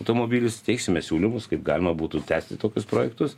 automobilis teiksime siūlymus kaip galima būtų tęsti tokius projektus